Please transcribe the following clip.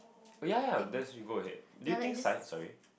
oh ya ya that's you go ahead do you think science sorry